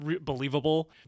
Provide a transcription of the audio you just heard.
believable